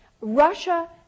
Russia